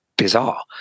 bizarre